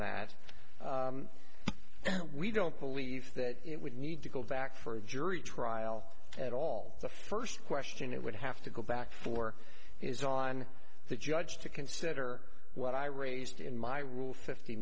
that we don't believe that it would need to go back for a jury trial at all the first question it would have to go back for is on the judge to consider what i raised in my rule fifty